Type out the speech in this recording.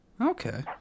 Okay